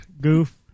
Goof